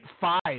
five